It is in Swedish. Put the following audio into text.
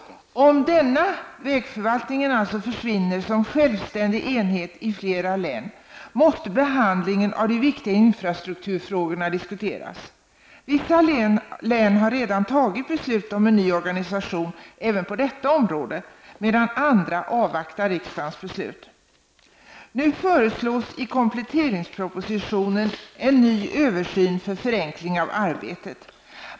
Om denna förvaltning försvinner som självständig enhet i flera län, måste behandlingen av de viktiga infrastrukturfrågorna diskuteras. Vissa län har redan tagit beslut om en ny organisation även på detta område, medan andra avvaktar riksdagens beslut. Nu förslås i kompletteringspropositionen en ny översyn för förenkling av arbetet.